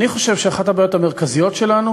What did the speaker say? אני חושב שאחת הבעיות המרכזיות שלנו